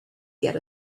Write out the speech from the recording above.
get